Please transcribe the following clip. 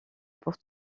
pour